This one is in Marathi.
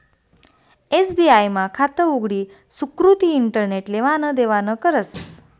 एस.बी.आय मा खातं उघडी सुकृती इंटरनेट लेवान देवानं करस